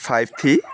five three